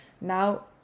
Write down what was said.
now